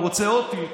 הוא רוצה עוד תיק,